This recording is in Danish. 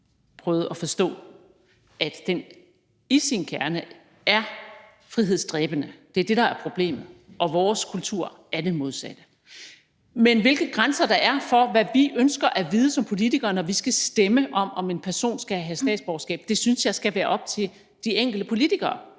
at den i sin kerne er frihedsdræbende; det er det, der er problemet, og at vores kultur er det modsatte. Men hvilke grænser der er for, hvad vi ønsker at vide som politikere, når vi skal stemme om, om en person skal have statsborgerskab, synes jeg skal være op til de enkelte politikere.